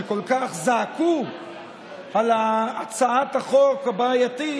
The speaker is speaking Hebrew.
שכל כך זעקו על הצעת החוק הבעייתית.